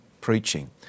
Preaching